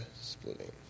splitting